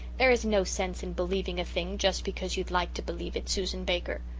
there is no sense in believing a thing just because you'd like to believe it, susan baker.